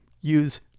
use